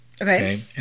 Okay